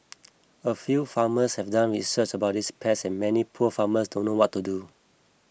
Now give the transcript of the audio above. a few farmers have done research about these pests and many poor farmers don't know what to do